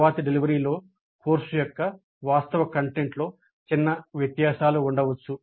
తరువాతి డెలివరీలో కోర్సు యొక్క వాస్తవ కంటెంట్లో చిన్న వ్యత్యాసాలు ఉండవచ్చు